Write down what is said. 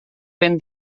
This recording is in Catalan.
ben